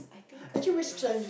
I think but yeah